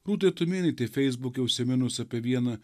rūtai tumėnaitei feisbuke užsiminus apie vieną